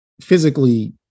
physically